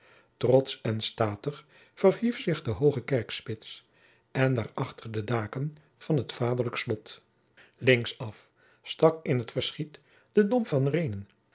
trotsch en statig verhief zich de hooge kerkspits en daarachter de daken van het vaderlijk slot links af stak in t verschiet de dom van reenen